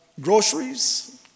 groceries